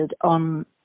on